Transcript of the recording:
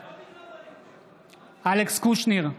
בעד אלכס קושניר,